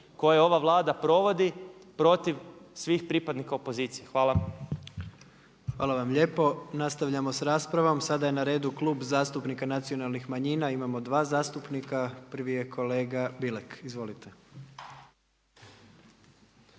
koje ova Vlada provodi protiv svih pripadnika opozicije. Hvala. **Jandroković, Gordan (HDZ)** Hvala vam lijepo, nastavljamo sa raspravom. Sada je na redu Klub zastupnika Nacionalnih manjina. Imamo dva zastupnika, prvi je kolega Bilek. Izvolite.